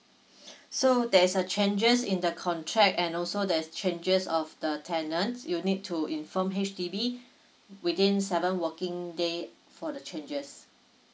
so there's a changes in the contract and also the changes of the tenants you need to inform H_D_B within seven working day for the changes